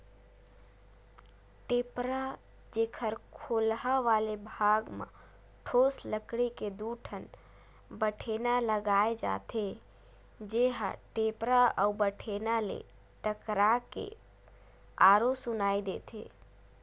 टेपरा, जेखर खोलहा वाले भाग म ठोस लकड़ी के दू ठन बठेना लगाय जाथे, जेहा टेपरा अउ बठेना ले टकरा के आरो सुनई देथे